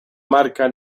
marca